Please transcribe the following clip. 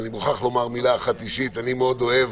אני מוכרח לומר מילה אישית אני מאוד אוהב